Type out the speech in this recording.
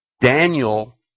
Daniel